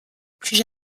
plus